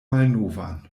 malnovan